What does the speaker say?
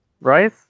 Right